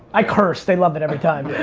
i curse, they love it every time.